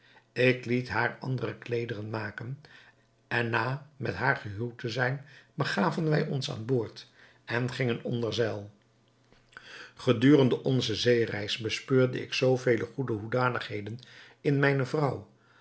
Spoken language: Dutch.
ik liet haar andere kleederen maken en na met haar gehuwd te zijn begaven wij ons aan boord en gingen onder zeil gedurende onze zeereis bespeurde ik zoo vele goede hoedanigheden in mijne vrouw